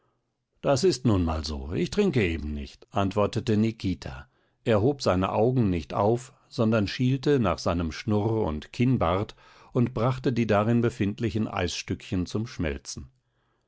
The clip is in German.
das ist nun mal so ich trinke eben nicht antwortete nikita er hob seine augen nicht auf sondern schielte nach seinem schnurr und kinnbart und brachte die darin befindlichen eisstückchen zum schmelzen